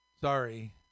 Sorry